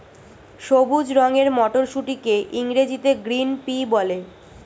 সবুজ রঙের মটরশুঁটিকে ইংরেজিতে গ্রিন পি বলে